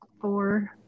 four